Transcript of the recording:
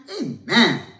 Amen